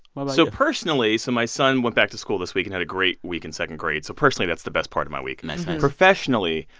so, personally so my son went back to school this week and had a great week in second grade. so, personally, that's the best part of my week nice, professionally,